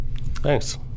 Thanks